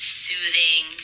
soothing